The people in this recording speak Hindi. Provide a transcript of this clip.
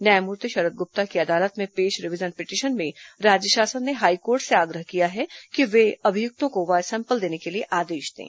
न्यायमूर्ति शरद गुप्ता की अदालत में पेश रिवीजन पिटीशन में राज्य शासन ने हाईकोर्ट से आग्रह किया है कि वे अभियुक्तों को वॉयस सैंपल के लिए आदेश दें